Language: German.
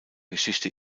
geschichte